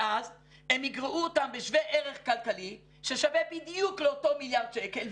ואז הם יגרעו אותם בשווה ערך כלכלי ששווה בדיוק לאותו מיליארד שקל,